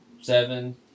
seven